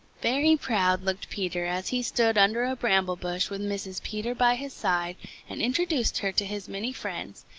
very proud looked peter as he stood under a bramble-bush with mrs. peter by his side and introduced her to his many friends,